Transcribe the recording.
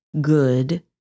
good